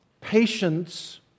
patience